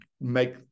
make